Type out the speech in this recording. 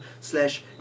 slash